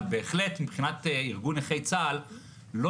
אבל בהחלט מבחינת ארגון נכי צה"ל לא